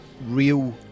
real